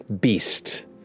beast